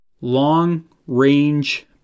long-range